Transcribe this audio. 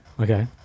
Okay